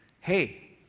hey